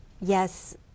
yes